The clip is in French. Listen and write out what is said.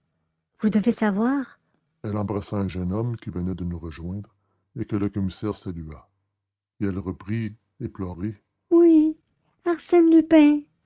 vous devez savoir elle embrassa un jeune homme qui venait de nous rejoindre et que le commissaire salua et elle reprit éplorée oui arsène lupin